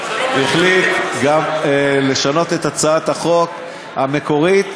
החליט גם לשנות את הצעת החוק המקורית,